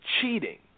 cheating